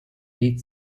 rich